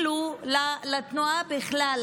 לתנועה בכלל,